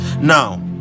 now